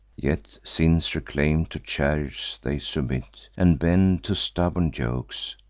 yet, since reclaim'd to chariots they submit, and bend to stubborn yokes,